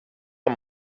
amb